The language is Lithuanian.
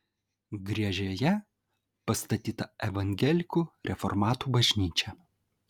griežėje pastatyta evangelikų reformatų bažnyčia